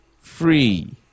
Free